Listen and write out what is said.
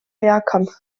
mehrkampf